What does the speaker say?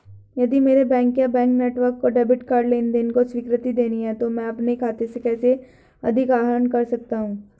यदि मेरे बैंक या बैंक नेटवर्क को डेबिट कार्ड लेनदेन को स्वीकृति देनी है तो मैं अपने खाते से कैसे अधिक आहरण कर सकता हूँ?